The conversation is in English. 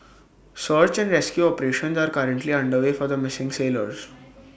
search and rescue operations are currently underway for the missing sailors